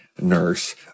nurse